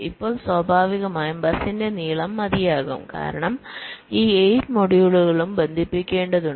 ഇപ്പോൾ സ്വാഭാവികമായും ബസിന്റെ നീളം മതിയാകും കാരണം ഈ 8 മൊഡ്യൂളുകളും ബന്ധിപ്പിക്കേണ്ടതുണ്ട്